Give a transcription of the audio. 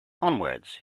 onward